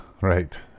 Right